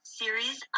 series